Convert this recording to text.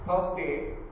Thursday